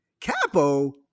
Capo